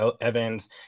Evans